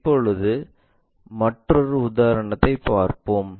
இப்போது மற்றொரு உதாரணத்தைப் பார்ப்போம்